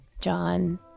John